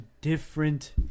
different